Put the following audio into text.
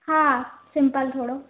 हा सिंपल थोरो